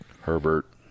herbert